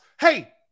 Hey